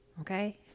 okay